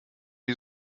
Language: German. die